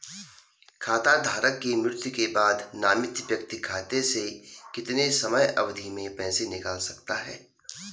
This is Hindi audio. खाता धारक की मृत्यु के बाद नामित व्यक्ति खाते से कितने समयावधि में पैसे निकाल सकता है?